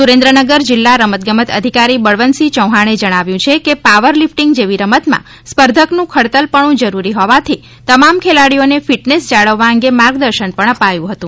સુરેન્દ્રનગર જીલ્લા રમતગમત અધિકારી બળવતસિંહ ચૌહાણે જણાવ્યુ છે કે પાવર લિફટીંગ જેવી રમતમાં સ્પર્ધકનુ ખડતલપણું જરૂરી હોવાથી તમામ ખેલાડીઓને ફીટનેસ જાળવવા અંગે માર્ગદર્શન પણ અપાયુ હતુ